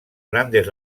grandes